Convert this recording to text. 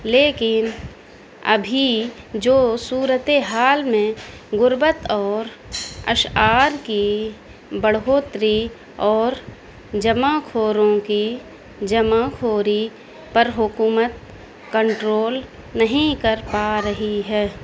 لیکن ابھی جو صورتحال میں غربت اور اشعار کی بڑھوتری اور جمع خوروں کی جمع خوری پر حکومت کنٹرول نہیں کر پا رہی ہے